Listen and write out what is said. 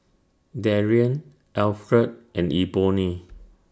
Darrian Alfred and Ebony